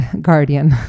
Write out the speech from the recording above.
guardian